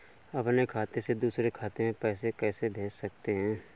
अपने खाते से दूसरे खाते में पैसे कैसे भेज सकते हैं?